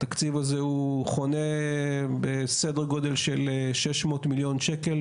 התקציב הזה הוא חונה בסדר גודל של 600 מיליון שקל,